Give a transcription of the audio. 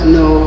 no